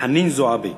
חנין זועבי.